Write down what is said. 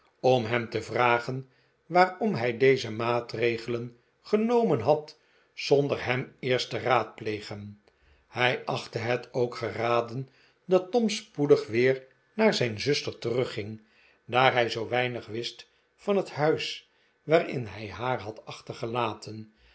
om hem te vragen waarom hij deze maatregelen genomen had zonder hem eerst te raadplegen hij achtte het ook geraden dat tom spoedig weer naar zijn zuster terugging daar hij zoo weinig wist van het huis waarin hij haar had achtergelaten